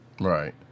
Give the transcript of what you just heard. Right